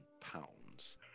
pounds